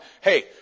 Hey